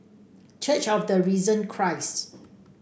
church of the Risen Christ